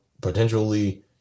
potentially